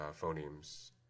phonemes